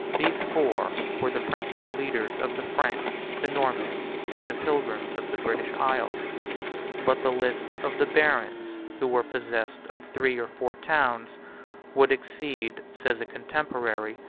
these four were the principal leaders of the french, the normans, and the pilgrims of the british isles but the list of the barons who were possessed of three or four towns would exceed, says a contemporary,